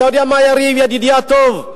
אתה יודע מה, יריב, ידידי הטוב?